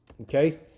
okay